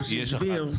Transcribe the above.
יש אחת.